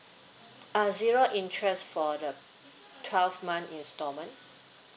uh zero interest for the twelve month installment